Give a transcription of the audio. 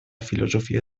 filosofia